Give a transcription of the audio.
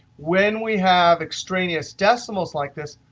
when we have extraneous decimals like this,